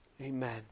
Amen